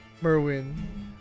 Merwin